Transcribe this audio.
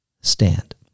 stand